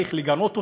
צריך לגנות אותו,